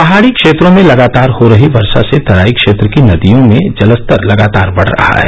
पहाड़ी क्षेत्रों में लगातार हो रही वर्षा से तराई क्षेत्र की नदियों में जलस्तर लगातार बढ़ रहा है